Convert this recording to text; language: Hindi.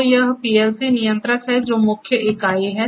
तो यह पीएलसी नियंत्रक है जोकि मुख्य इकाई है